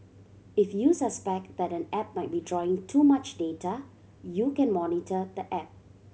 if you suspect that an app might be drawing too much data you can monitor the app